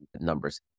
numbers